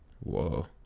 Whoa